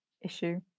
issue